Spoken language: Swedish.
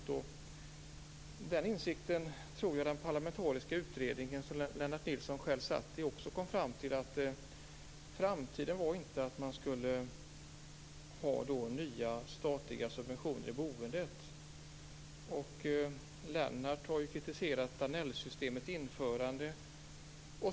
Den insikten tror jag att den parlamentariska utredning som Lennart Nilsson själv satt i också kom fram till. Framtiden var inte att man skulle ha nya statliga subventioner i boendet. Lennart Nilsson har ju kritiserat Danell-systemets införande.